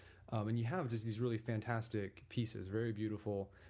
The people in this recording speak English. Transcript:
when you have these these really fantastic pieces, very beautiful,